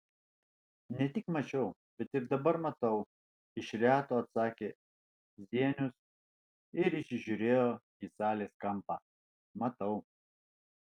ne tik mačiau bet ir dabar matau iš reto atsakė zienius ir įsižiūrėjo į salės kampą matau